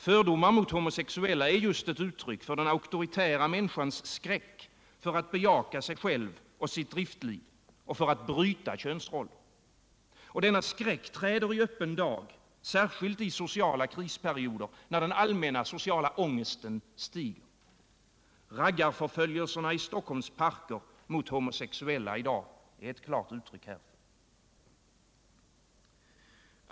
Fördomar mot homosexuella är just ett uttryck för den auktoritära människans skräck för att bejaka sig själv och sitt driftliv och för att bryta könsroller. Och denna skräck träder i öppen dag särskilt i sociala krisperioder när den allmänna sociala ångesten stiger. Raggarförföljelserna i Stockholms parker mot homosexuella i dag är ett klart uttryck härför.